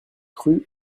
rue